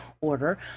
order